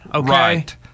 Right